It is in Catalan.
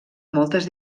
moltes